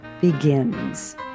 Begins